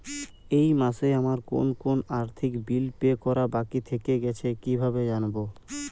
এই মাসে আমার কোন কোন আর্থিক বিল পে করা বাকী থেকে গেছে কীভাবে জানব?